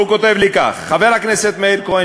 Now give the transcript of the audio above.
והוא כותב לי כך: חבר הכנסת מאיר כהן,